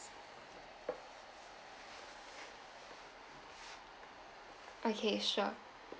okay sure